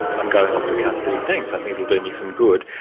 i'm going off to custody, thanks, i think it will do me some good.